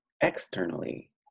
externally